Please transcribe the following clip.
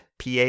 PA